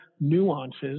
nuances